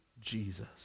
Jesus